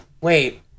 wait